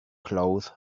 cloth